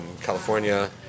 California